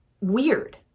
weird